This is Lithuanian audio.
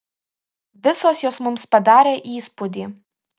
visos jos mums padarė įspūdį